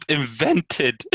invented